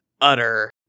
utter